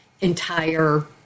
entire